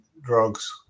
drugs